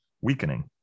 weakening